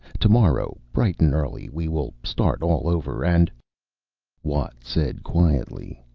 tomorrow bright and early we will start all over, and watt said quietly,